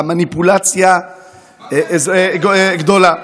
המניפולציה גדולה.